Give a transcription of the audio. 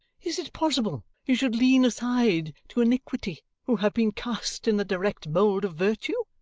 is it possible you should lean aside to iniquity, who have been cast in the direct mould of virtue?